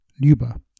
Luba